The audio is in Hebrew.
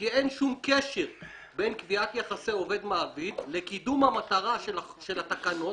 כי אין שום קשר בין קביעת יחסי עובד-מעביד לקידום המטרה של התקנות,